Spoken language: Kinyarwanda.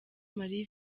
marie